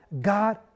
God